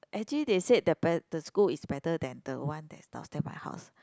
actually they said the be~ the school is better than the one that's downstair my house